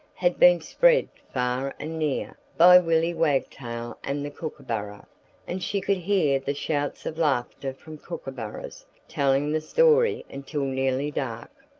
had been spread far and near, by willy wagtail and the kookooburra and she could hear the shouts of laughter from kookooburras telling the story until nearly dark.